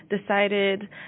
decided